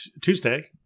Tuesday